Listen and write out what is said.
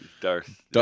darth